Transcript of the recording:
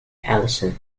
ellison